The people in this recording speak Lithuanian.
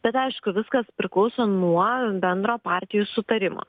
bet aišku viskas priklauso nuo bendro partijų sutarimo